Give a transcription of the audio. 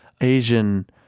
Asian